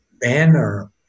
banner